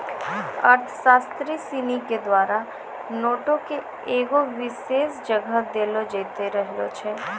अर्थशास्त्री सिनी के द्वारा नोटो के एगो विशेष जगह देलो जैते रहलो छै